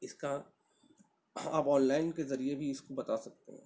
اس کا آپ online کے ذریعے بھی اس کو بتا سکتے ہیں